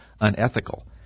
unethical